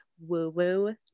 woo-woo